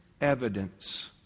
evidence